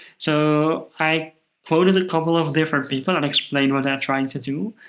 so i quoted a couple of different people and explained what they are trying to do,